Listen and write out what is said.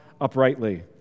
uprightly